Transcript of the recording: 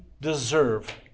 deserve